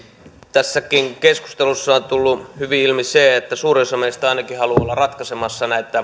tässäkin keskustelussa on tullut hyvin ilmi se että suurin osa meistä ainakin haluaa olla ratkaisemassa näitä